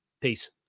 Peace